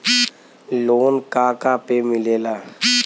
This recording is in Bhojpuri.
लोन का का पे मिलेला?